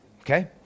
Okay